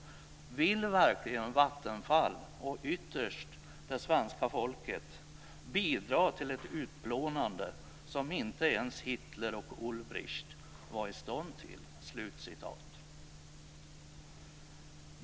Vill verkligen Vattenfall och ytterst det svenska folket bidra till ett utplånande som inte ens Hitler och Ulbricht var i stånd till? Så står det.